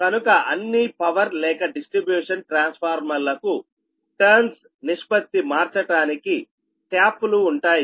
కనుక అన్ని పవర్ లేక డిస్ట్రిబ్యూషన్ ట్రాన్స్ఫార్మర్ లకు టర్న్స్ నిష్పత్తి మార్చటానికి ట్యాప్ లు ఉంటాయి